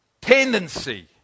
tendency